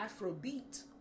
Afrobeat